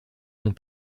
ont